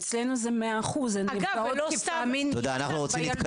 אצלנו זה 100% - הן נפגעות לפעמים בילדות.